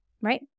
right